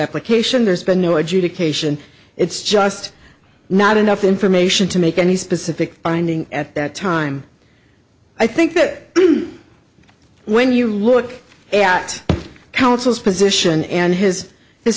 application there's been no adjudication it's just not enough information to make any specific finding at that time i think that when you look at counsel's position and his his